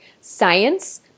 science